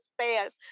stairs